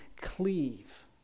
cleave